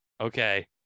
Okay